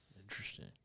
Interesting